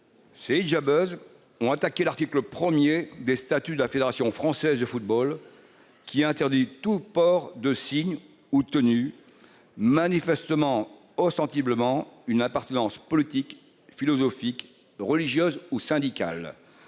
Ces « hijabeuses » ont attaqué l'article 1 des statuts de la Fédération française de football, qui interdit « tout port de signe ou tenue manifestant ostensiblement une appartenance politique, philosophique, religieuse ou syndicale.